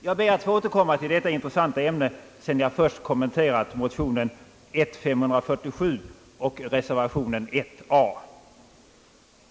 Jag ber att få återkomma till detta intressanta ämne sedan jag kommenterat motionen I:547 och reservationen a.